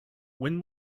when